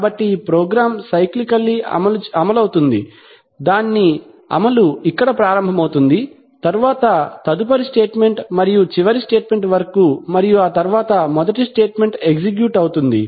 కాబట్టి ఈ program cyclical గా అమలు అవుతుంది దాని అమలు ఇక్కడ ప్రారంభమవుతుంది తరువాత తదుపరి స్టేట్మెంట్ మరియు చివరి స్టేట్మెంట్ వరకు మరియు ఆ తరువాత మొదటి స్టేట్మెంట్ ఎగ్జిక్యూట్ అవుతుంది